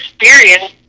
experience